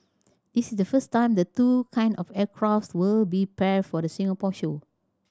this is the first time the two kinds of aircraft will be paired for the Singapore show